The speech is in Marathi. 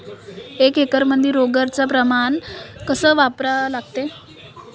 एक एकरमंदी रोगर च प्रमान कस वापरा लागते?